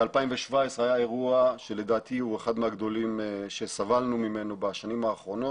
ב-2017 היה אירוע שלדעתי הוא אחד מהגדולים שסבלנו ממנו בשנים האחרונות,